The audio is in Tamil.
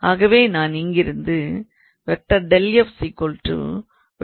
ஆகவே நான் இங்கிருந்து என்று எழுதுகிறேன்